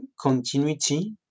continuity